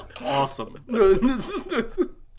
awesome